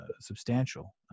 substantial